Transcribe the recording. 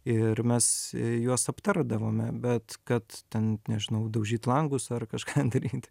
ir mes juos aptardavome bet kad ten nežinau daužyt langus ar kažką daryt